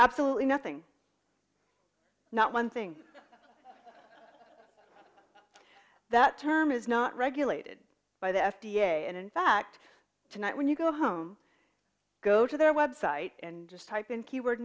absolutely nothing not one thing that term is not regulated by the f d a and in fact tonight when you go home go to their web site and just type in keyword